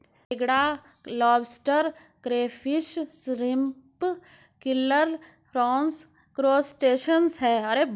केकड़ा lobster crayfish shrimp krill prawns crustacean है